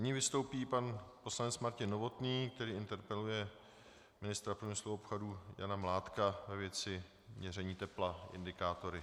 Nyní vystoupí pan poslanec Martin Novotný, který interpeluje ministra průmyslu a obchodu Jana Mládka ve věci měření tepla indikátory.